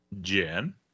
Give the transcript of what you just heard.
Jen